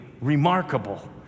remarkable